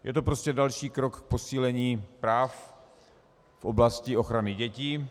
Je to prostě další krok k posílení práv v oblasti ochrany dětí.